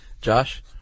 Josh